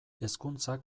hezkuntzak